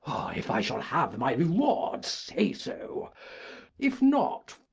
if i shall have my reward, say so if not,